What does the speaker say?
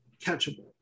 catchable